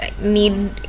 need